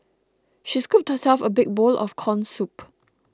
she scooped herself a big bowl of Corn Soup